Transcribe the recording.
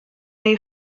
neu